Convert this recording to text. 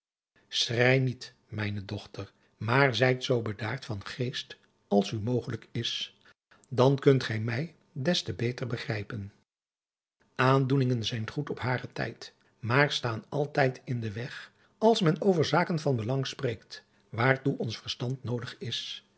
schrei niet mijne dochter maar zijt zoo bedaard van geest als u mogelijk is dan kunt adriaan loosjes pzn het leven van hillegonda buisman gij mij des te beter begrüpen aandoeningen zijn goed op haren tijd maar staan altijd in den weg als men over zaken van belang spreekt waartoe ons verstand nodig is